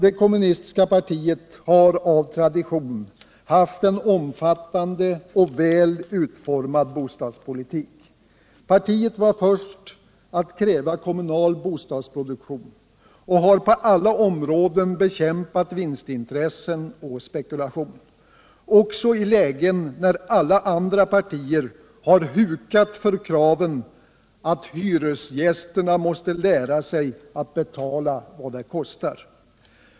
Det kommunistiska partiet har av tradition haft en omfattande och väl utformad bostadspolitik. Partiet var först med au kräva kommunal bostadsproduktion och har på alla områden bekämpat vinstintressen och spekulation, också i lägen där alla andra partier har hukat för kraven att ”hyresgästerna måste lära sig att betala vad det kostar”.